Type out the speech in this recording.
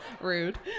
Rude